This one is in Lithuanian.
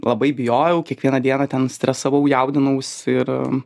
labai bijojau kiekvieną dieną ten stresavau jaudinaus ir